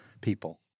people